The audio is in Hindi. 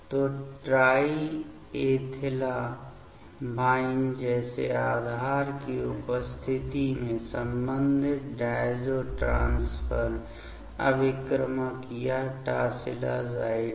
तो ट्राइएथिलामाइन जैसे आधार की उपस्थिति में संबंधित डायज़ो ट्रांसफर अभिकर्मक यहां टॉसिलाज़ाइड है